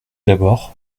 d’abord